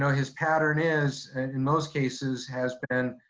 and his pattern is, in most cases has been,